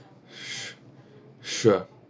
sure